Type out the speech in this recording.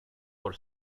por